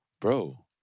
Bro